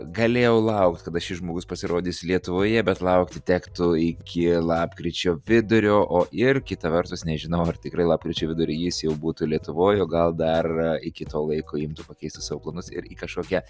galėjau laukt kada šis žmogus pasirodys lietuvoje bet laukti tektų iki lapkričio vidurio o ir kita vertus nežinau ar tikrai lapkričio vidury jis jau būtų lietuvoj gal dar iki to laiko imtų pakeistų savo planus ir į kažkokią